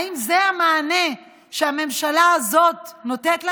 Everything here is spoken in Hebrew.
האם זה המענה שהממשלה הזאת נותנת להן?